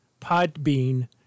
Podbean